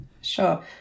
Sure